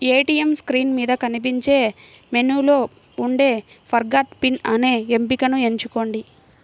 ATM screen మీద కనిపించే మెనూలో ఉండే ఫర్గాట్ పిన్ అనే ఎంపికను ఎంచుకోండి